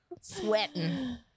sweating